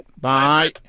bye